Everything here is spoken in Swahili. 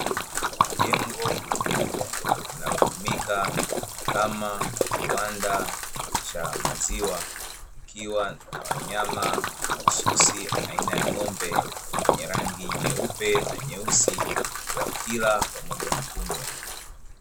Jengo kubwa linalotumika kama kiwanda cha maziwa likiwa na wanyama mahususi aina ya ng'ombe mwenye rangi nyeupe na nyeusi wakila pamoja na kunywa.